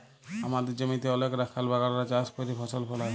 আমাদের জমিতে অলেক রাখাল বাগালরা চাষ ক্যইরে ফসল ফলায়